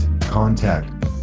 contact